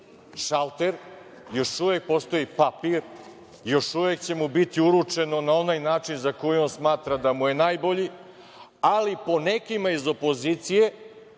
šalter, još uvek postoji papir, još uvek će mu biti uručeno na onaj način za koji on smatra da mu je najbolji, ali po nekim iz opozicije